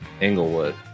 Englewood